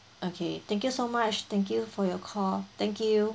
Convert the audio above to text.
okay thank you so much thank you for your call thank you